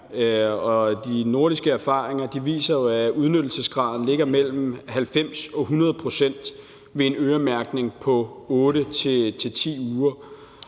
de nordiske erfaringer viser, at udnyttelsesgraden ligger mellem 90 og 100 pct. ved en øremærkning på 8-10 uger,